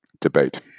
debate